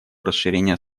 расширения